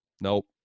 Nope